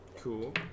Cool